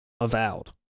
Avowed